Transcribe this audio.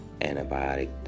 antibiotic